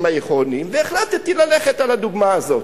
העירוניים בה והחלטתי ללכת על הדוגמה הזאת.